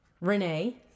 Renee